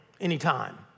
anytime